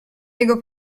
niego